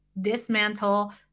dismantle